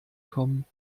kommen